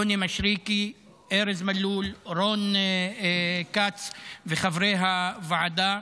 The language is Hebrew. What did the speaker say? יוני מישרקי, ארז מלול, רון כץ וחברי הוועדה,